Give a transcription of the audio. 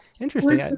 Interesting